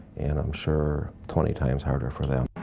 and i'm sure twenty times harder for them.